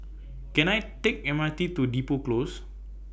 Can I Take M R T to Depot Close